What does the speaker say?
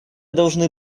должны